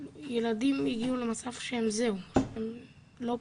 ילדים הגיעו למצב שהם זהו, לא פה,